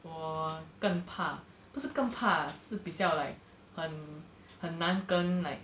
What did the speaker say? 我更怕不是更怕 ah 是比较 like 很很难跟 like